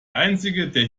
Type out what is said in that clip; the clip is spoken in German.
einzige